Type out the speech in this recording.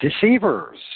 deceivers